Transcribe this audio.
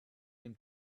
dem